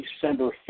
December